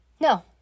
no